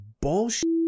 bullshit